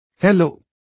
Hello